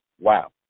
wow